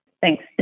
Thanks